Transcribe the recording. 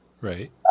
Right